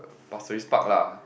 pasir-ris Park lah